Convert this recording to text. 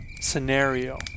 scenario